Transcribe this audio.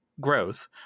growth